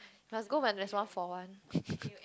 must go when there's one for one